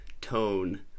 tone